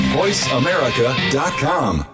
voiceamerica.com